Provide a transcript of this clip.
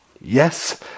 Yes